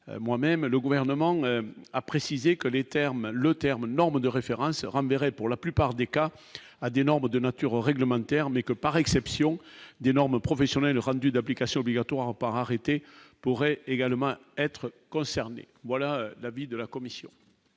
moi-même, le gouvernement a précisé que les termes le terme norme de référence renverrait pour la plupart des cas à des normes de nature réglementaire n'est que par exception des normes professionnelles rendu d'application obligatoire par arrêté pourraient également être concernés, voilà l'avis de la commission.